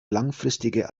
langfristige